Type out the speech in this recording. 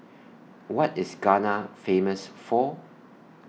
What IS Ghana Famous For